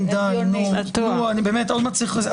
אני אסיים, אני אשמח לענות לך.